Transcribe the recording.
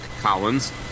Collins